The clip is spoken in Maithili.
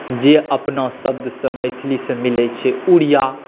जे अपना शब्दसँ मैथिलीसँ मिलैत छै उड़िया